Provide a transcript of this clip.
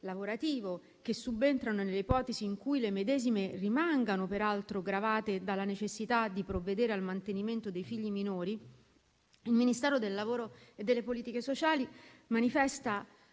lavorativo, che subentrano nell'ipotesi in cui le medesime rimangano peraltro gravate dalla necessità di provvedere al mantenimento dei figli minori, il Ministero del lavoro e delle politiche sociali manifesta